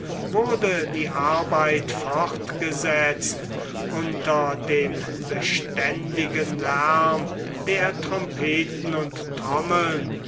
wurde die arbeit fortgesetzt unter dem beständigen lärm der trompeten und trommeln